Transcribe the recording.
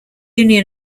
union